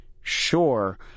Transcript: sure